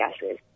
gases